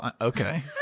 Okay